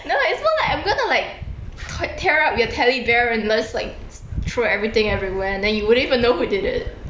no it's more like I'm gonna like te~ tear up your teddy bear and just like throw everything everywhere and then you wouldn't even know who did it